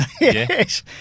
Yes